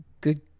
good